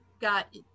got